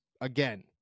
again